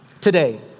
today